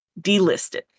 delisted